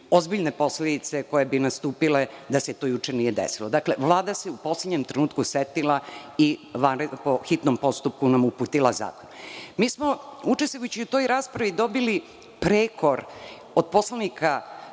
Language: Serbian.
ozbiljne posledice koje bi nastupile da se to juče nije desilo. Dakle, Vlada se u poslednjem trenutku setila i po hitnom postupku nam uputila zakon. Učestvujući u toj raspravi dobili smo prekor od poslanika